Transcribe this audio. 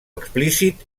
explícit